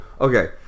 Okay